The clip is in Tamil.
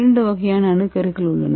இரண்டு வகையான அணுக்கருக்கள் உள்ளன